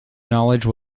knowledge